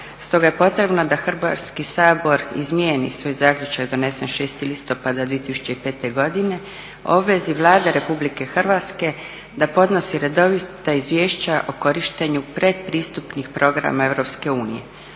stoga je potrebno da Hrvatski sabor izmijeni svoj zaključak donesen 06. listopada 2005. godine o vezi Vlade RH da podnosi redovita izvješća o korištenju pretpristupnih programa EU.